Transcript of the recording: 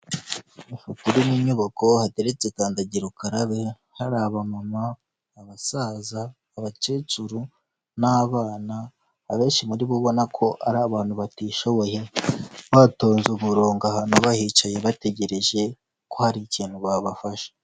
Aha kuri ino nyubako hateretse kandagira ukarabe, hari abamama, abasaza, abakecuru n'abana, abenshi muri bo ubona ko ari abantu batishoboye, batonze umurongo ahantu bahicaye bategereje ko hari ikintu babafasha.